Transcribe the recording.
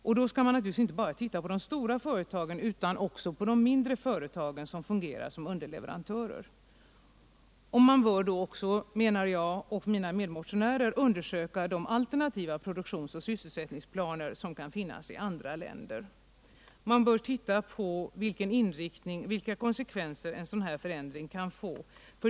Därvid skall man naturligtvis inte bara se till de stora utan även se till de mindre företagen, som fungerar som underleverantörer. Man bör då också enligt min och mina medmotionärers mening undersöka de alternativa produktionsoch sysselsättningsplaner som kan finnas i andra länder. Man bör studera vilken inriktning och vilka konsekvenser en sådan förändring kan få.